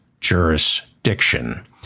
jurisdiction